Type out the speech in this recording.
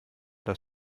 das